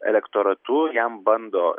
elektoratu jam bando